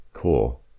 Cool